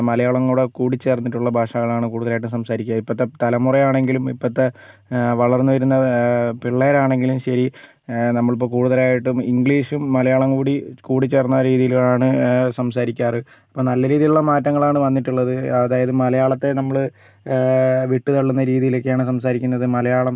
മലയാളവും കൂടെ കൂടി ചേർന്നിട്ടുള്ള ഭാഷകളാണ് കൂടുതലായിട്ടും സംസാരിക്കുക ഇപ്പഴത്തെ തലമുറയാണെങ്കിലും ഇപ്പഴത്തെ വളർന്ന് വരുന്ന പിള്ളേരാണെങ്കിലും ശരി നമ്മളിപ്പോൾ കൂടുതലായിട്ടും ഇംഗ്ലീഷും മലയാളവും കൂടി കൂടിച്ചേർന്ന രീതിയിലാണ് സംസാരിക്കാറ് അപ്പം നല്ല രീതിയിലുള്ള മാറ്റങ്ങളാണ് വന്നിട്ടുള്ളത് അതായത് മലയാളത്തെ നമ്മള് വിട്ട് തള്ളുന്ന രീതിയിലൊക്കെയാണ് സംസാരിക്കുന്നത് മലയാളം